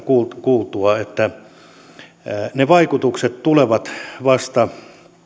kuultua kuultua että ne vaikutukset tulevat vasta